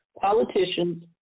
politicians